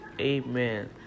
Amen